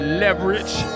leverage